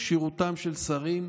כשירותם של שרים),